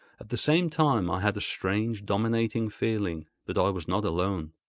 at the same time i had a strange, dominating feeling that i was not alone.